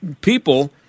people